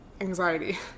anxiety